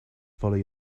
follow